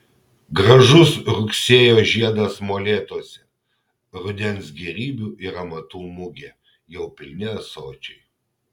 gražus rugsėjo žiedas molėtuose rudens gėrybių ir amatų mugė jau pilni ąsočiai